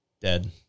dead